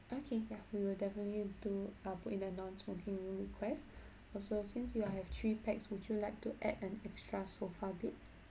okay yeah we will definitely do uh put in a nonsmoking request also since you have three pax would you like to add an extra sofa bed